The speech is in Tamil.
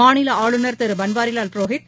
மாநிலஆளுநர் திருபன்வாரிலால் புரோஹித்